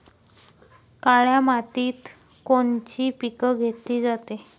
काळ्या मातीत कोनचे पिकं घेतले जाते?